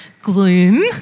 gloom